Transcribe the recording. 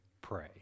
pray